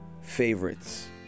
favorites